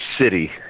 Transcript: city